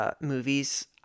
movies